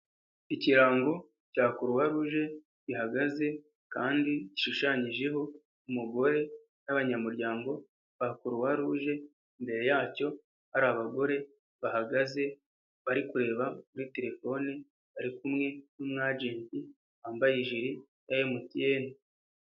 Ikirango cya Croix Rouge gihagaze kandi gishushanyijeho umugore n'abanyamuryango ba Croix Rouge, mbere yacyo hari abagore bahagaze bari kureba muri telefone bari kumwe n'umwajenti wambaye ijiri ya MTN.